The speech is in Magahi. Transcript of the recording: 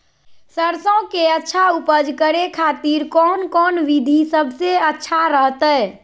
सरसों के अच्छा उपज करे खातिर कौन कौन विधि सबसे अच्छा रहतय?